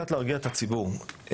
להרגיע את הציבור,